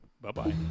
Bye-bye